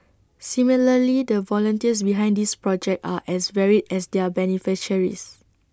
similarly the volunteers behind this project are as varied as their beneficiaries